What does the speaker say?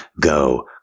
go